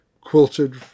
quilted